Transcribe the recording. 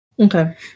Okay